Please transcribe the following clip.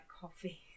coffee